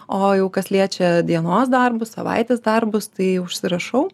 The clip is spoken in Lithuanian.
o jau kas liečia dienos darbus savaitės darbus tai užsirašau